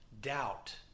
doubt